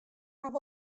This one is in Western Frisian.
haw